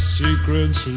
secrets